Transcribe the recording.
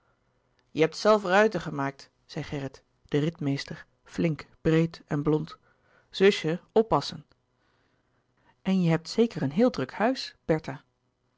je hebt zelf ruiten gemaakt zei gerrit de ritmeester flink breed en blond zusje oppassen en je hebt zeker een heel druk huis bertha